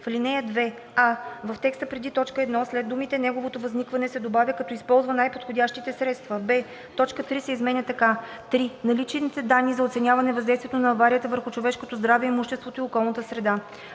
В ал. 2: а) в текста преди т. 1 след думите „неговото възникване“ се добавя „като използва най-подходящите средства“; б) точка 3 се изменя така: „3. наличните данни за оценяване на въздействието на аварията върху човешкото здраве, имуществото и околната среда;“.“